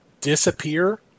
disappear